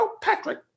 Patrick